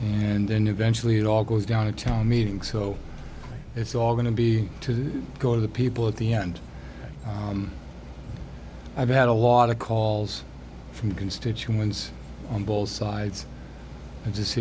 and then eventually it all goes down to town meeting so it's all going to be to go to the people at the end i've had a lot of calls from constituents on both sides and